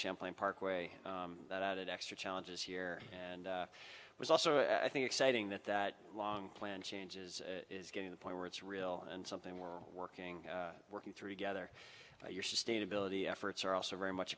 champlain parkway that added extra challenges here and was also i think exciting that that long plan changes is getting the point where it's real and something we're working working through together your sustainability efforts are also very much